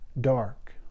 dark